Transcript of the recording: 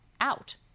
out